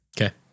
Okay